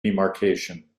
demarcation